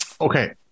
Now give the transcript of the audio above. Okay